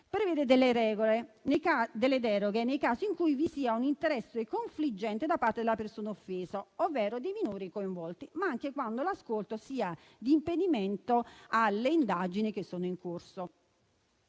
prevede deroghe nei casi in cui vi sia un interesse confliggente da parte della persona offesa, ovvero di minori coinvolti, ma anche quando l'ascolto sia di impedimento alle indagini in corso.